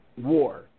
war